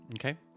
Okay